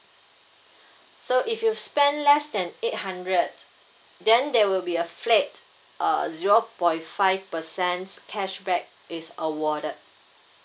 so if you spent less than eight hundred then there will be a flat uh zero point five percent cashback is awarded